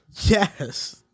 Yes